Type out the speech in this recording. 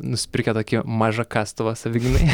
nusipirkę tokį mažą kastuvą savigynai